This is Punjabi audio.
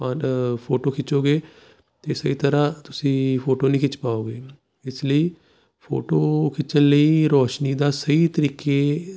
ਫੋਟੋ ਖਿੱਚੋਗੇ ਤਾਂ ਸਹੀ ਤਰ੍ਹਾਂ ਤੁਸੀਂ ਫੋਟੋ ਨਹੀਂ ਖਿੱਚ ਪਾਓਂਗੇ ਇਸ ਲਈ ਫੋਟੋ ਖਿੱਚਣ ਲਈ ਰੋਸ਼ਨੀ ਦਾ ਸਹੀ ਤਰੀਕੇ